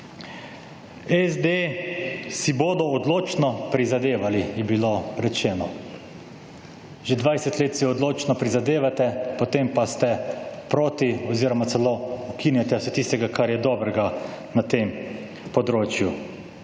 SD si bodo odločno prizadevali, je bilo rečeno. Že 20 let si odločno prizadevate, potem pa ste proti oziroma celo ukinjate vse tistega, kar je dobrega na tem področju.